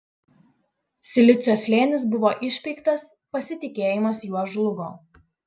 silicio slėnis buvo išpeiktas pasitikėjimas juo žlugo